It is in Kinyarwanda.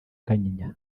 kanyinya